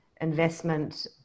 investment